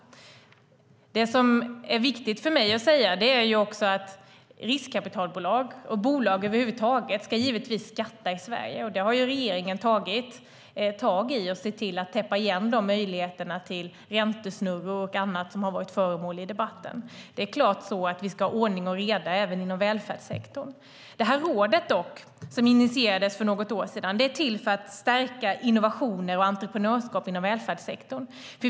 Det är viktigt för mig att säga att riskkapitalbolag och bolag över huvud taget givetvis ska skatta i Sverige. Regeringen har tagit tag i och täppt igen möjligheterna till räntesnurror och annat som har varit föremål för debatten. Det är klart att vi ska ha ordning och reda även inom välfärdssektorn. Det här rådet som initierades för något år sedan är till för att stärka innovationer och entreprenörskap inom välfärdssektorn.